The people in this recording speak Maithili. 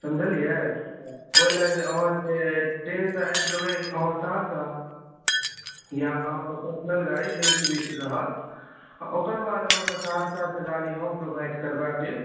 समझलियै ओहि लय जे अहाँ से ट्रेन सॅं आबि जेबै अहाँ सहरसा या अहाँके पर्सनल गाड़ी जे भी रहत ओकर बाद अहाँके सहरसा सॅं गाड़ी हम प्रोवाइड करबा देब